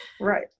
Right